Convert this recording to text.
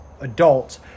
adults